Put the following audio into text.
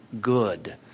good